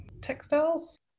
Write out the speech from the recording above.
Textiles